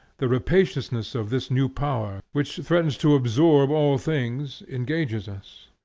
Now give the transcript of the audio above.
the rapaciousness of this new power, which threatens to absorb all things, engages us.